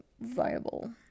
viable